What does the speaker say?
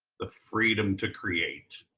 the freedom to create.